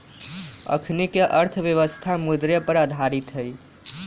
अखनीके अर्थव्यवस्था मुद्रे पर आधारित हइ